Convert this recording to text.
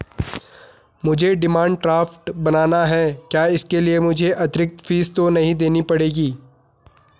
मुझे demand draft बनाना है क्या इसके लिए मुझे अतिरिक्त फीस तो नहीं देनी पड़ेगी?